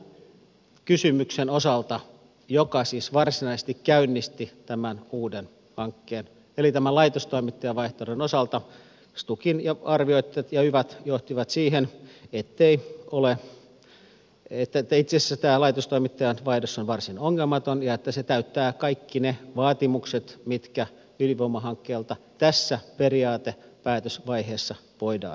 tämän kysymyksen osalta joka siis varsinaisesti käynnisti tämän uuden hankkeen eli tämän laitostoimittajavaihtoehdon osalta stukin arviot ja yvat johtivat siihen että itse asiassa tämä laitostoimittajan vaihdos on varsin ongelmaton ja että se täyttää kaikki ne vaatimukset mitkä ydinvoimahankkeelta tässä periaatepäätösvaiheessa voidaan edellyttää